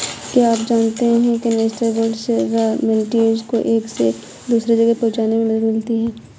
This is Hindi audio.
क्या आप जानते है कन्वेयर बेल्ट से रॉ मैटेरियल्स को एक से दूसरे जगह पहुंचने में मदद मिलती है?